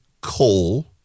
coal